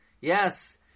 yes